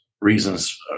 reasons